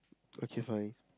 okay fine